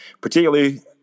particularly